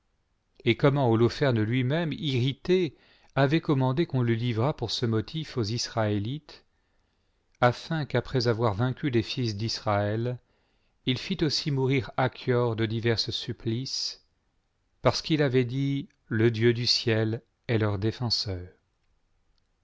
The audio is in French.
et comment holoferue lui-môme irrité avait commandé qu'on le livrât pour ce motif aux israélites afin qu'après avoir vaincu les iils d'israël il fît aussi momùr achior de divers supplices parce qu'il avait dit le dieu du ciel est leur défenseur